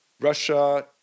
Russia